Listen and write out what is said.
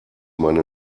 meine